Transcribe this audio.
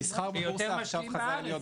המסחר בבורסה חזר להיות --- שיותר